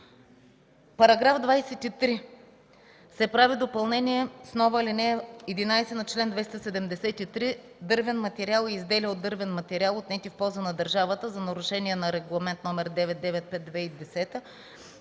В § 23 се прави допълнение с нова ал. 11 на чл. 273 – „Дървен материал и изделия от дървен материал, отнети в полза на държавата за нарушение на Регламент № 995/2010,